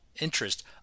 interest